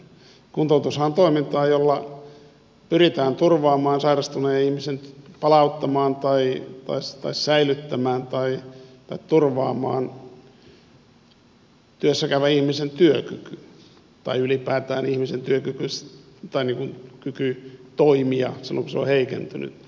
kuntoutushan on toimintaa jolla pyritään palauttamaan säilyttämään tai turvaamaan sairastuneen työssäkäyvän ihmisen työkyky tai ylipäätään ihmisen kyky toimia silloin kun se on heikentynyt